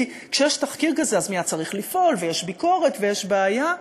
כי כשיש תחקיר כזה אז מייד צריך לפעול ויש ביקורת ויש בעיה,